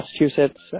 Massachusetts